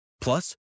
Plus